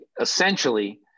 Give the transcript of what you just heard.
essentially